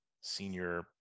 senior